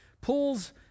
pulls